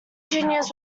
juniors